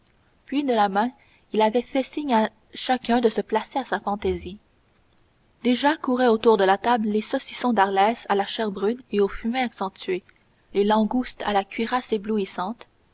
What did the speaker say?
puis de la main il avait fait signe à chacun de se placer à sa fantaisie déjà couraient autour de la table les saucissons d'arles à la chair brune et au fumet accentué les langoustes à la cuirasse éblouissante